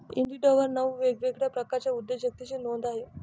इंडिडवर नऊ वेगवेगळ्या प्रकारच्या उद्योजकतेची नोंद आहे